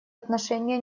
отношения